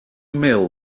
male